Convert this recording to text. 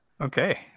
Okay